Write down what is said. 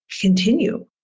continue